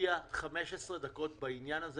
תשקיע 15 דקות בעניין הזה,